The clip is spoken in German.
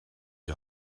die